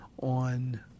on